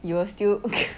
you will still